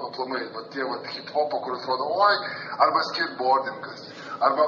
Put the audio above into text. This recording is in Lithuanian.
aplamai vat tie vat hiphopo kur atrodo arba skinbodingas arba